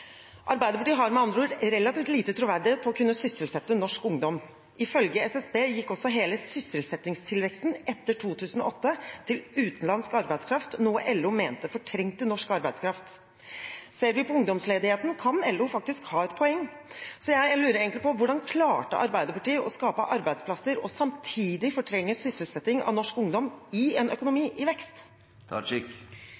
Arbeiderpartiet har med andre ord relativt liten troverdighet når det gjelder å kunne sysselsette norsk ungdom. Ifølge SSB gikk også hele sysselsettingstilveksten etter 2008 til utenlandsk arbeidskraft, noe LO mente fortrengte norsk arbeidskraft. Ser vi på ungdomsledigheten, kan LO faktisk ha et poeng. Så jeg lurer egentlig på: Hvordan klarte Arbeiderpartiet å skape arbeidsplasser og samtidig fortrenge sysselsetting av norsk ungdom i en økonomi